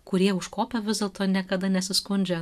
kurie užkopę vis dėlto niekada nesiskundžia